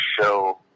show